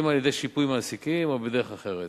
אם על-ידי שיפוי מעסיקים ואם בדרך אחרת.